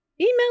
email